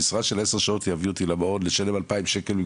המשרה של עשר שעות יביא אותי למעון לשלם 2,000 שקל,